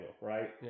right